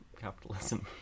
capitalism